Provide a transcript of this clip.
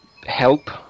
Help